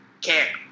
care